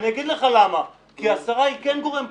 אני אגיד לך למה, כי השרה היא כן גורם פוליטי.